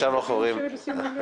בסיום המליאה.